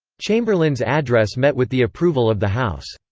chamberlain's address met with the approval of the house.